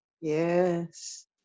Yes